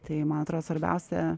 tai man atro svarbiausia